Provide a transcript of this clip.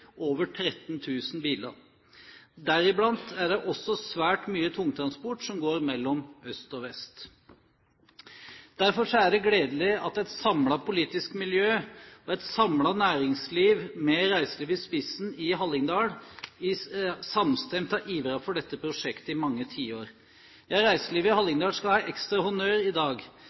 over 13 000 biler. Deriblant er det også svært mye tungtransport som går mellom øst og vest. Derfor er det gledelig at et samlet politisk miljø og et samlet næringsliv med reiselivet i Hallingdal i spissen samstemt har ivret for dette prosjektet i mange tiår. Ja, reiselivet i Hallingdal skal ha ekstra honnør i dag.